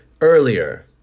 earlier